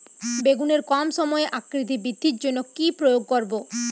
বেগুনের কম সময়ে আকৃতি বৃদ্ধির জন্য কি প্রয়োগ করব?